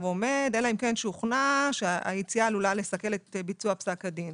עומד אלא אם כן שוכנע שהיציאה עלולה לסכל את ביצוע פסק הדין.